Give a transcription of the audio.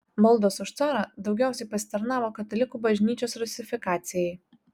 maldos už carą daugiausiai pasitarnavo katalikų bažnyčios rusifikacijai